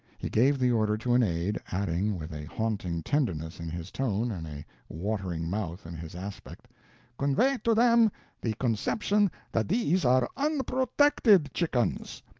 he gave the order to an aide, adding, with a haunting tenderness in his tone and a watering mouth in his aspect convey to them the conception that these are unprotected chickens.